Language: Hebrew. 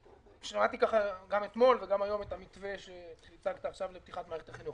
שמעתי גם אתמול וגם היום את המתווה שהצעת לפתיחת מערכת החינוך.